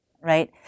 right